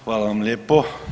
Hvala vam lijepo.